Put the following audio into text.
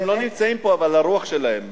הם לא נמצאים פה אבל הרוח שלהם,